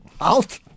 out